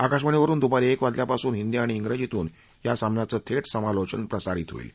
आकाशवाणीवरुन दुपारी एक वाजल्यापासून हिदी आणि श्रिजीतून या सामन्याचं थेट समालोचन प्रसारित होईल